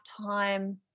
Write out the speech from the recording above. time